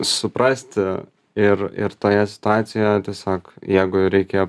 suprasti ir ir toje situacijoje tiesiog jeigu reikia